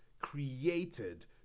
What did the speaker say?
created